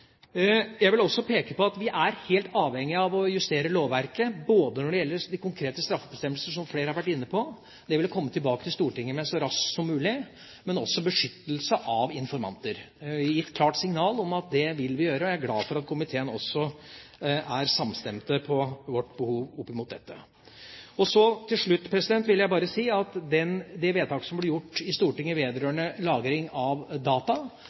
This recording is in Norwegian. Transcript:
Jeg vil også peke på at vi er helt avhengig av å justere lovverket, både når det gjelder de konkrete straffebestemmelser, som flere har vært inne på – det vil jeg komme tilbake til Stortinget med så raskt som mulig – og beskyttelse av informanter. Vi har gitt klart signal om at det vil vi gjøre, og jeg er glad for at komiteen også er samstemt når det gjelder vårt behov opp mot dette. Til slutt vil jeg bare si at det vedtaket som ble gjort i Stortinget vedrørende lagring av data,